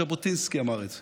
ז'בוטינסקי אמר את זה,